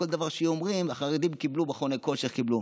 בכל דבר היו אומרים: החרדים קיבלו מכוני כושר.